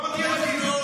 לא אמרתי ילדים.